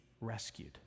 rescued